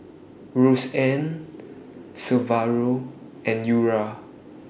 Roseanne Severo and Eura